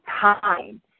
time